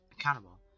accountable